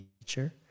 teacher